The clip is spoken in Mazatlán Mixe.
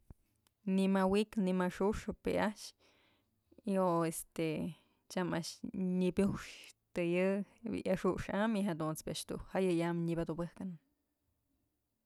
Nimya wi'ik nimya xuxëp bi'i a'ax y o este tyam a'ax nyëbuxtëyë bi'i axux am y jadunt's bi'i a'ax dun jëyëy am nyënadubëjkënë.